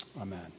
amen